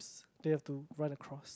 they have to run across